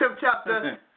chapter